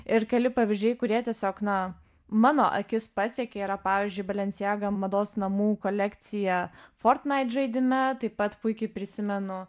ir keli pavyzdžiai kurie tiesiog na mano akis pasiekė yra pavyzdžiui balenciaga mados namų kolekcija fortnait žaidime taip pat puikiai prisimenu